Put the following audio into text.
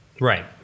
Right